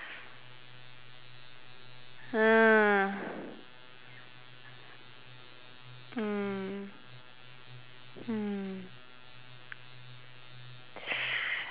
hmm mm